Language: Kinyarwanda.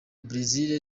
brazil